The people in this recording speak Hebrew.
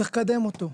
צריך לקדם אותו.